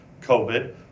COVID